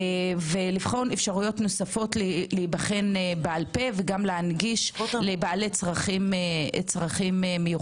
ולבחון אפשרויות נוספות להיבחן בעל פה וגם להנגיש לבעלי צרכים מיוחדים.